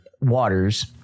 waters